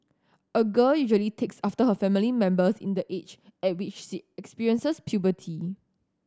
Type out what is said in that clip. a girl usually takes after her family members in the age at which she experiences puberty